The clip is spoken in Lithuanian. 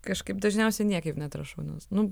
kažkaip dažniausiai niekaip neatrašau nes nu